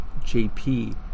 JP